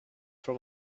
from